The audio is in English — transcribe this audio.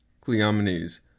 Cleomenes